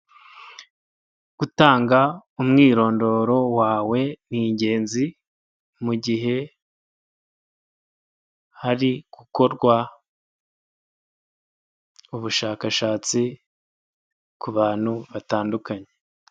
Gutanga umwirondoro wawe ni ingenzi mugihe hari gukorwa ubushakashatsi kubantu batandukanye.